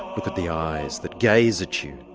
look at the eyes that gaze at you